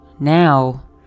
Now